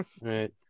Right